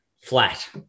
flat